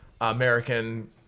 American